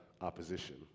opposition